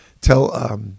Tell –